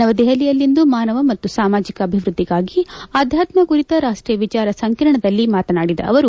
ನವದೆಹಲಿಯಲ್ಲಿಂದು ಮಾನವ ಮತ್ತು ಸಾಮಾಜಿಕ ಅಭಿವೃದ್ದಿಗಾಗಿ ಆಧ್ಯಾತ್ಮ ಕುರಿತ ರಾಷ್ಟೀಯ ವಿಚಾರ ಸಂಕಿರಣದಲ್ಲಿ ಮಾತನಾಡಿದ ಅವರು